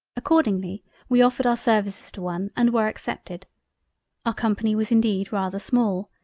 accordingly we offered our services to one and were accepted our company was indeed rather small,